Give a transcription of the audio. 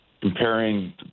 comparing